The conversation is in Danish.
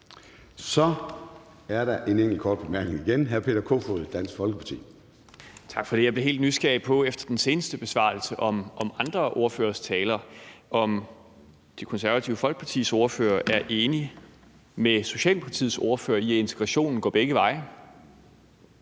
Så er der en enkelt kort bemærkning igen. Hr. Peter Kofod, Dansk Folkeparti.